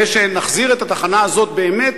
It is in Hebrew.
ושנחזיר את התחנה הזאת באמת,